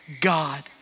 God